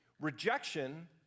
rejection